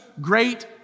great